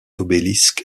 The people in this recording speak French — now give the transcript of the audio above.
obélisque